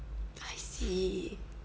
I see